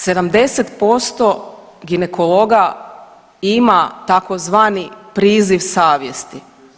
70% ginekologa ima tzv. priziv savjesti.